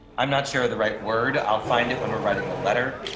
i'm not sure the right word. i'll find it when we're writing the letter,